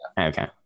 Okay